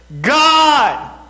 God